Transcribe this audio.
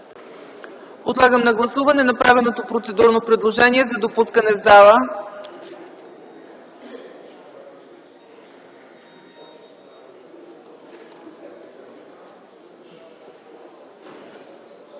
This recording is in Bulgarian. Подлагам на гласуване направеното процедурно предложение за допускане в залата.